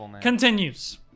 continues